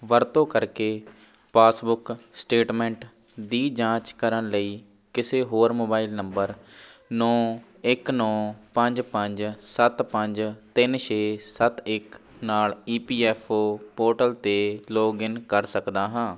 ਵਰਤੋਂ ਕਰਕੇ passbook statement ਦੀ ਜਾਂਚ ਕਰਨ ਲਈ ਕਿਸੇ ਹੋਰ ਮੋਬਾਇਲ ਨੰਬਰ ਨੌ ਇੱਕ ਨੌ ਪੰਜ ਪੰਜ ਸੱਤ ਪੰਜ ਤਿੰਨ ਛੇ ਸੱਤ ਇੱਕ ਨਾਲ E P F O portal 'ਤੇ ਲੌਗਿਨ ਕਰ ਸਕਦਾ ਹਾਂ